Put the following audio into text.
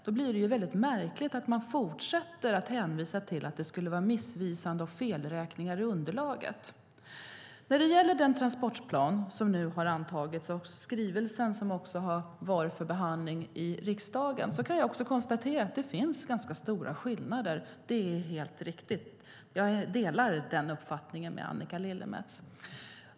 Då blir det märkligt att man fortsätter att hänvisa till att det skulle vara missvisande och felräknat i underlaget. När det gäller den transportplan som har antagits och den skrivelse som har varit uppe för behandling i riksdagen kan jag konstatera att det finns ganska stora skillnader. Det är helt riktigt. Jag delar den uppfattningen med Annika Lillemets.